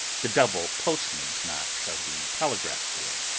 the double postman's knock of the telegraph boy.